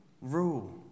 rule